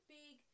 big